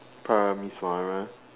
Parameswara